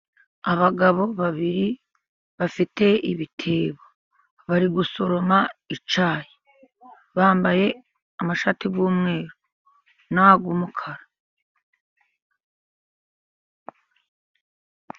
Abagabo babiri bafite ibitebo, bari gusoroma icyayi bambaye amashati y'umweru n'ay'umukara.